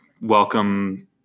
welcome